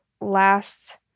last